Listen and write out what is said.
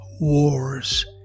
wars